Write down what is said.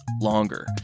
longer